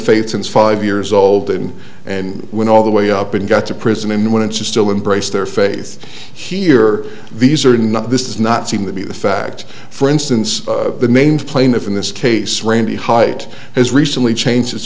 since five years old and and when all the way up and got to prison and when it's still embrace their faith here these are not this is not seem to be the fact for instance the main plaintiff in this case randy height has recently changed his